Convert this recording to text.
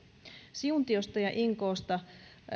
siuntiossa ja inkoossa